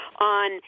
on